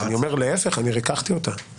אני אומר להפך, אני ריככתי אותה.